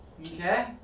Okay